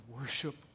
worship